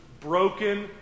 broken